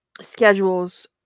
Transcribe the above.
schedules